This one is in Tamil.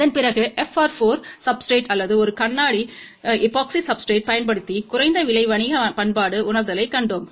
அதன்பிறகு FR4 சப்ஸ்டிரேட் அல்லது ஒரு கண்ணாடி எபோக்சி சப்ஸ்டிரேட்றைப் பயன்படுத்தி குறைந்த விலை வணிக பயன்பாடு உணர்தலைக் கண்டோம்